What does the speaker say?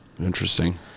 interesting